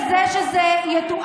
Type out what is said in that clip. אפשר לתקן את זה בוועדה.